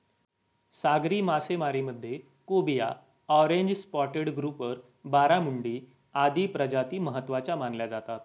सागरी मासेमारीमध्ये cobia, orange spotted grouper, barramundi आदी प्रजाती महत्त्वाच्या मानल्या जातात